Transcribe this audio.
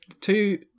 two